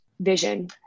vision